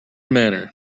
matter